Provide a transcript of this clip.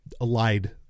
allied